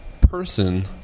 person